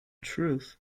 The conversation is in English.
truth